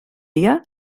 dia